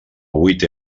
huit